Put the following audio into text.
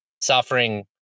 suffering